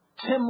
Tim